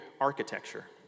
architecture